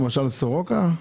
למשל סורוקה?